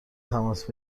تماس